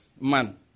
man